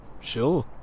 Sure